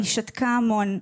היא שתקה המון.